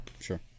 sure